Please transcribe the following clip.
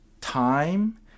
time